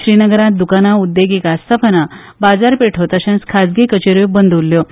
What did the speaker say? श्रीनगरांत द्काना उद्देगीक आस्थापनां बाजारपेठो तशेच खाजगी कचेऱ्यो बंद उल्ल्यो